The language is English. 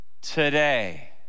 today